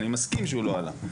אני מסכים שהוא לא עלה,